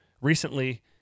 recently